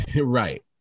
Right